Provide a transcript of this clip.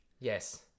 yes